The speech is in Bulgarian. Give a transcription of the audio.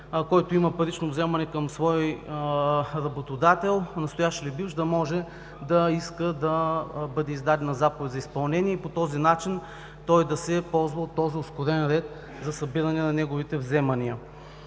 който има парично вземане към свой работодател – настоящ или бивш, да може да иска да бъде издадена заповед за изпълнение и по този начин той да се ползва от този ускорен ред за събиране на неговите вземания.